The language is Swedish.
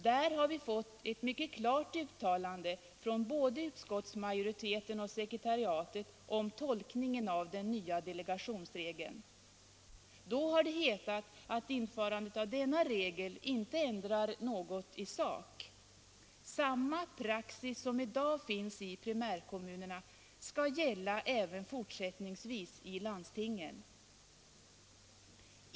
Där har vi fått ett mycket klart uttalande från både utskottsmajoriteten och sekretariatet om tolkningen av den nya delegationsregeln. Då har det hetat att införandet av denna regel inte ändrar något i sak. Samma praxis som i dag finns i primärkommunerna skall gälla även fortsättningsvis i landstingen.